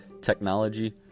technology